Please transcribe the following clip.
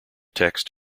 text